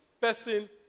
person